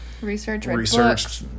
Research